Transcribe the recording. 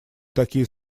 такие